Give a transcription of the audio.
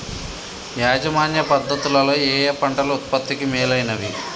యాజమాన్య పద్ధతు లలో ఏయే పంటలు ఉత్పత్తికి మేలైనవి?